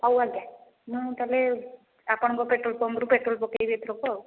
ହଉ ଆଜ୍ଞା ମୁଁ ତାହେଲେ ଆପଣଙ୍କ ପେଟ୍ରୋଲ ପମ୍ପରୁ ପେଟ୍ରୋଲ ପକେଇବି ଏଥରକ